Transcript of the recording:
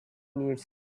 needs